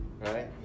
right